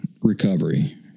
recovery